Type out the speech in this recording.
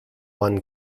one